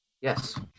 yes